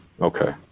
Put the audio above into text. Okay